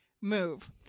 move